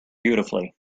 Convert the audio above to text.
beautifully